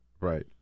Right